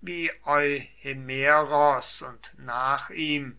wie euhemeros und nach ihm